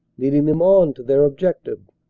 leading them on to their objective.